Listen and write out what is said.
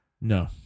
No